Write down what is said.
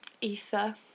ether